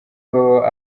baba